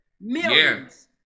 Millions